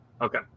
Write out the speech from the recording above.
Okay